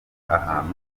ahantu